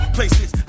Places